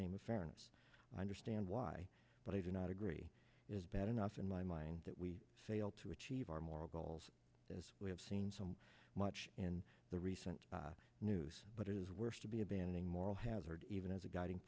name of fairness i understand why but i do not agree is bad enough in my mind that we fail to achieve our moral goals as we have seen some much in the recent news but it is worse to be abandoning moral hazard even as a guiding